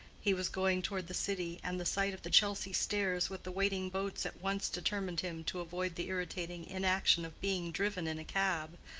he was going toward the city, and the sight of the chelsea stairs with the waiting boats at once determined him to avoid the irritating inaction of being driven in a cab,